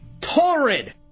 Torrid